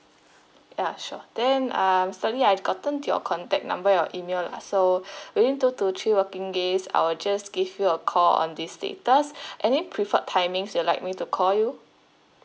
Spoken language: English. ya sure then uh mister lee I've gotten your contact number your email lah so within two to three working days I'll just give you a call on this status any preferred timings you'd like me to call you